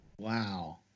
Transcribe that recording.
Wow